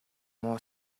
муу